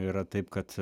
yra taip kad